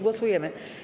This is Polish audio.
Głosujemy.